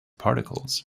particles